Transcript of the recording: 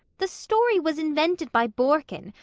the story was invented by borkin,